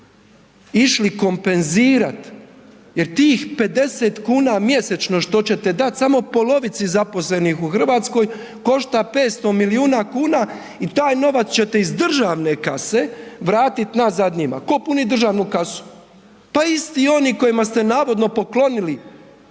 išli kompenzirati jer tih 50 kuna mjesečno što ćete dat samo polovici zaposlenih u Hrvatskoj, košta 500 milijuna kuna i taj novac ćete iz državne kase vratiti nazad njima. Tko puni državnu kasu? Pa isti oni kojima ste navodno poklonili